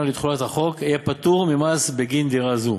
לתחולת החוק יהיה פטור ממס בגין דירה זו,